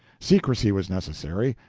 secrecy was necessary,